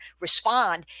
respond